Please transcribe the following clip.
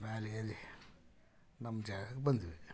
ಮತ್ತೆ ಮೇಲೆ ಏರಿ ನಮ್ಮ ಜಾಗಕ್ಕೆ ಬಂದ್ವಿ